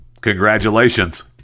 congratulations